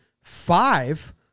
Five